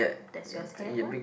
does yours have one